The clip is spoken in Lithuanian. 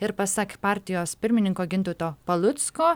ir pasak partijos pirmininko gintauto palucko